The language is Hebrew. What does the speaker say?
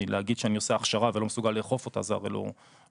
כי להגיד שאני עושה הכשרה לא מסוגל לאכוף אותה זה הרי לא חוכמה.